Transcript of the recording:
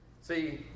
See